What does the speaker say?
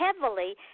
heavily